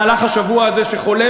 הרשות הפלסטינית במהלך השבוע הזה שחולף,